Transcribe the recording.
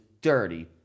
dirty